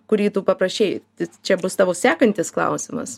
kurį tu paprašei tik čia bus tavo sekantis klausimas